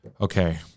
okay